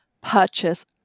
purchase